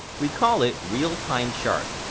we call it realtimechart.